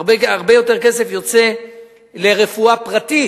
הרבה יותר כסף יוצא לרפואה פרטית,